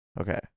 Okay